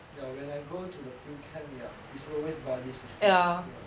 ya when I go to the field camp ya it's always buddy system